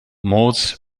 modes